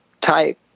type